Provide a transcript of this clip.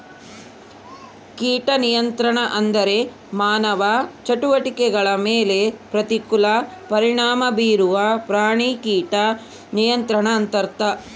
ಕೀಟ ನಿಯಂತ್ರಣ ಅಂದ್ರೆ ಮಾನವ ಚಟುವಟಿಕೆಗಳ ಮೇಲೆ ಪ್ರತಿಕೂಲ ಪರಿಣಾಮ ಬೀರುವ ಪ್ರಾಣಿ ಕೀಟ ನಿಯಂತ್ರಣ ಅಂತರ್ಥ